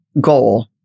goal